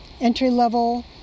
entry-level